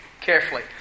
carefully